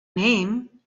name